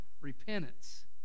repentance